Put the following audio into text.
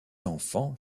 enfants